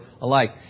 alike